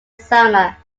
summer